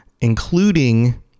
including